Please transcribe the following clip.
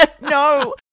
No